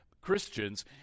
Christians